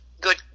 good